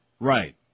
Right